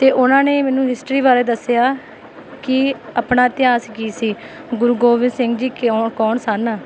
ਅਤੇ ਉਹਨਾਂ ਨੇ ਮੈਨੂੰ ਹਿਸਟਰੀ ਬਾਰੇ ਦੱਸਿਆ ਕਿ ਆਪਣਾ ਇਤਿਹਾਸ ਕੀ ਸੀ ਗੁਰੂ ਗੋਬਿੰਦ ਸਿੰਘ ਜੀ ਕਿਉਂ ਕੌਣ ਸਨ